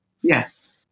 Yes